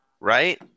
Right